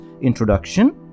introduction